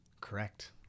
Correct